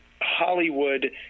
Hollywood